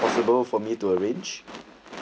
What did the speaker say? possible for me to arrange